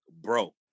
Bro